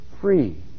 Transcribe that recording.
free